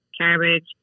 cabbage